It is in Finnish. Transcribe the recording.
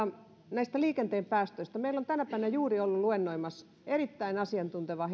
näistä liikenteen päästöistä meillä on tänä päivänä juuri ollut luennoimassa erittäin asiantunteva